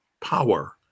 power